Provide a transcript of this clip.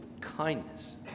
kindness